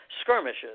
skirmishes